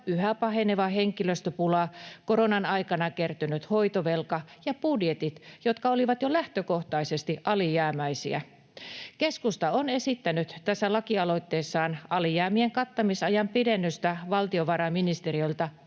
yhä paheneva henkilöstöpula, koronan aikana kertynyt hoitovelka ja budjetit, jotka olivat jo lähtökohtaisesti alijäämäisiä. Keskusta on esittänyt tässä lakialoitteessaan alijäämien kattamisajan pidennystä valtiovarainministeriöltä